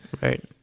Right